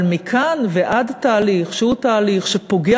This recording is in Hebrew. אבל מכאן ועד תהליך שהוא תהליך שפוגע